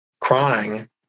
crying